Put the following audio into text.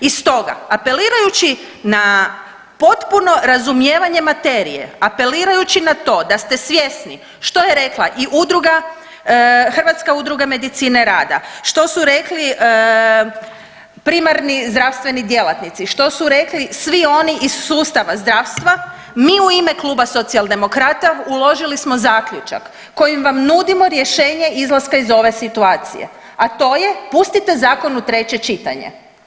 I stoga apelirajući na potpuno razumijevanje materije, apelirajući na to da ste svjesni što je rekla i udruga, Hrvatska udruga medicine rada, što su rekli primarni zdravstveni djelatnici, što su rekli svi oni iz sustava zdravstva, mi u ime Kluba Socijaldemokrata uložili smo zaključak kojim vam nudimo rješenje izlaska iz ove situacije, a to je pustite zakon u treće čitanje.